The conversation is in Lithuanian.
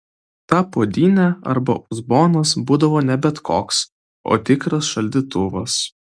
ta puodynė arba uzbonas būdavo ne bet koks o tikras šaldytuvas